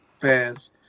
fans